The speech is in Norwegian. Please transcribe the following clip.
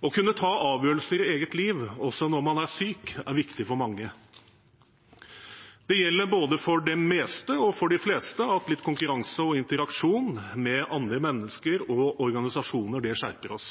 Å kunne ta avgjørelser i eget liv, også når man er syk, er viktig for mange. Det gjelder både for det meste og for de fleste at litt konkurranse og interaksjon med andre mennesker og organisasjoner skjerper oss